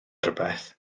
rhywbeth